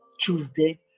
Tuesday